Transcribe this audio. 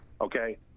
okay